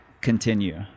continue